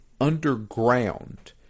underground